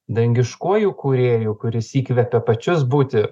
dangiškuoju kūrėju kuris įkvepia pačius būti